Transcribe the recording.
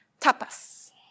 Tapas